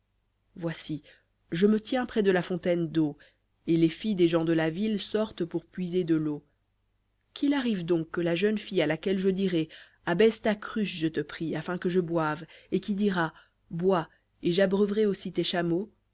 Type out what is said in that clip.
voici je me tiens près de la fontaine d'eau et les filles des gens de la ville sortent pour puiser de leau quil arrive donc que la jeune fille à laquelle je dirai abaisse ta cruche je te prie afin que je boive et qui dira bois et j'abreuverai aussi tes chameaux